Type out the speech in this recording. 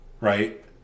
right